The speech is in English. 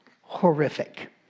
horrific